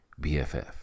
BFF